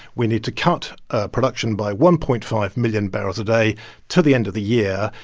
we need to cut ah production by one point five million barrels a day till the end of the year.